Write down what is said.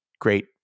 great